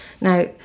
Now